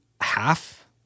half